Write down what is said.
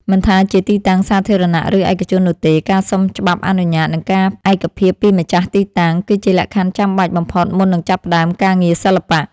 មិនថាជាទីតាំងសាធារណៈ ឬឯកជននោះទេ ការសុំច្បាប់អនុញ្ញាត និងការឯកភាពពីម្ចាស់ទីតាំង គឺជាលក្ខខណ្ឌចាំបាច់បំផុតមុននឹងចាប់ផ្ដើមការងារសិល្បៈ។